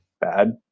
bad